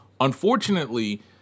unfortunately